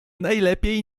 najlepiej